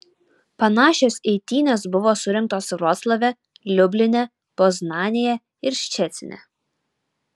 panašios eitynės buvo surengtos vroclave liubline poznanėje ir ščecine